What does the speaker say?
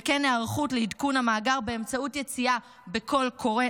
וכן היערכות לעדכון המאגר באמצעות יציאה בקול קורא